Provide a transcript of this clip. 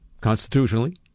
constitutionally